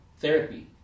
therapy